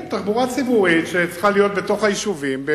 כן, תחבורה ציבורית שצריכה להיות בתוך היישובים.